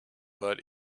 but